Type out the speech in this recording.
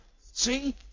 See